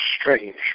strange